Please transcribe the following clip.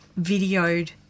videoed